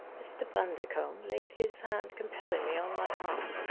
mr. bundercombe laid his hand compellingly on my arm.